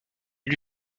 lui